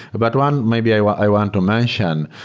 but one maybe i ah i want to mention,